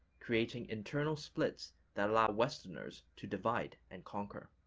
creating internal splits that allow westerners to divide and conquer.